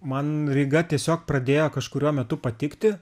man ryga tiesiog pradėjo kažkuriuo metu patikti